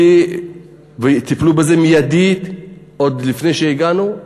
וטיפלו בזה מיידית, עוד לפני שהגענו.